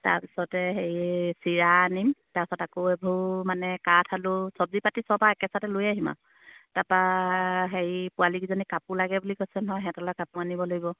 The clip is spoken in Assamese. তাৰপিছতে হেৰি চিৰা আনিম তাৰপিছত আকৌ এইবোৰ মানে কাঠ আলু চবজি পাতি চববোৰ একেচতে লৈ আহিম আৰু তাৰপা হেৰি ছোৱালীকেইজনী কাপোৰ লাগে বুলি কৈছে নহয় সিহঁতলে কাপোৰ আনিব লাগিব